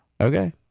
okay